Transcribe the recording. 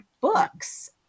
books